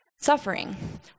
Suffering